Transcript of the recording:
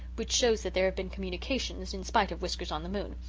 which shows that there have been communications in spite of whiskers-on-the-moon.